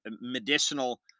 medicinal